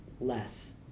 less